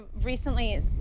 recently